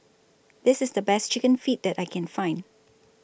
This IS The Best Chicken Feet that I Can Find